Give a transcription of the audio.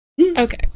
okay